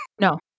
No